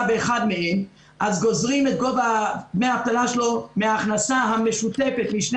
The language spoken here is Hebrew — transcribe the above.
באחד מהם אז גוזרים את גובה דמי האבטלה שלו מן ההכנסה המשותפת משני